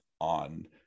on